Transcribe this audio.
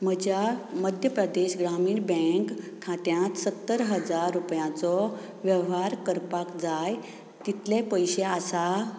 म्हज्या मध्य प्रदेश ग्रामीण बँक खात्यांत सत्तर हजार रुपयांचो वेव्हार करपाक जाय तितले पयशे आसात